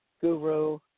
guru